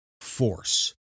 Force